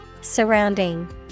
Surrounding